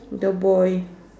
the boy